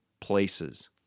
places